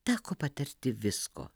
teko patirti visko